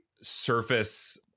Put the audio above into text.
surface